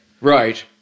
Right